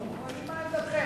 לא מוחרמים, מה עמדתכם.